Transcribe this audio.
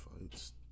fights